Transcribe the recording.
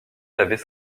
l’avait